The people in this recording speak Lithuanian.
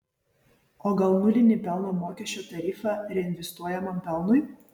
o gal nulinį pelno mokesčio tarifą reinvestuojamam pelnui